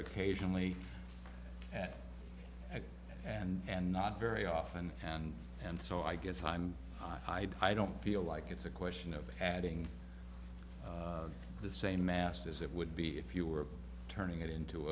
occasionally and and and not very often and and so i guess i'm i don't feel like it's a question of adding the same mass as it would be if you were turning it into